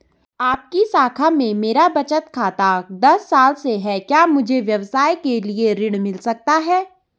आपकी शाखा में मेरा बचत खाता दस साल से है क्या मुझे व्यवसाय के लिए ऋण मिल सकता है?